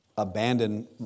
Abandon